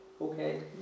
Okay